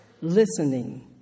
listening